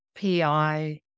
PI